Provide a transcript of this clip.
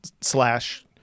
slash